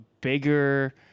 bigger